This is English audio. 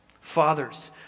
Fathers